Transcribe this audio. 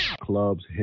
Clubs